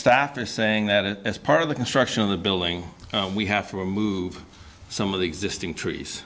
staff are saying that it is part of the construction of the building we have to remove some of the existing trees